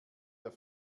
der